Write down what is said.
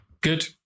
Good